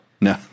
no